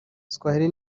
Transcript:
swahili